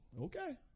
okay